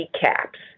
caps